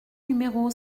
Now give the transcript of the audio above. numéro